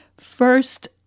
First